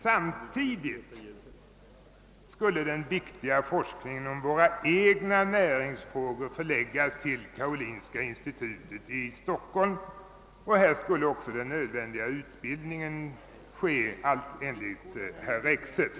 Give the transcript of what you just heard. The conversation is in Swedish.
Samtidigt skulle den viktiga forskningen om våra egna näringsfrågor förläggas till karolinska institutet i Stockholm, och här skulle också den nödvändiga utbildningen meddelas, allt enligt herr Rexed.